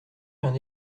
qu’un